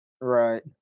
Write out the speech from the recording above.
right